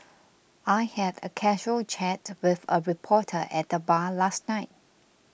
I had a casual chat with a reporter at the bar last night